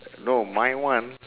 no my one